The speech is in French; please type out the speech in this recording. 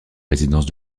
résidence